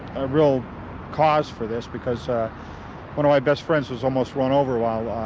a real cause for this because one of my best friends was almost run over while